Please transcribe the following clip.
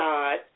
God